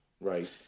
right